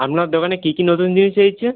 আপনার দোকানে কী কী নতুন জিনিস এসেছে